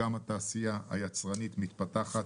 גם התעשייה היצרנית מתפתחת